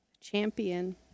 champion